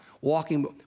walking